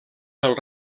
del